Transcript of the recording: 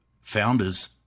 founders